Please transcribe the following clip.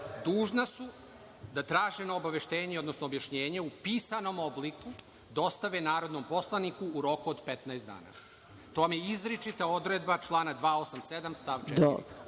dužna su da traženo obaveštenje, odnosno objašnjenje u pisanom obliku dostave narodnom poslaniku u roku od 15 dana. To vam je izričita odredba člana 287. stav 4.